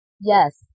Yes